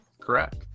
Correct